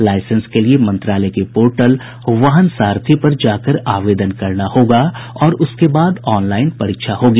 licence के लिए मंत्रालय के पोर्टल वाहन सारथी पर जाकर आवेदन करना होगा और उसके बाद ऑनलाईन परीक्षा होगी